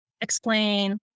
explain